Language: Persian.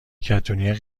کتونی